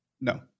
no